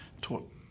taught